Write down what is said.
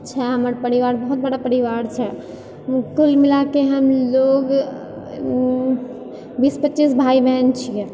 छै हमर बहुत बड़ा परिवार छै कुल मिलाके हमलोग बीस पच्चीस भाय बहिन छियै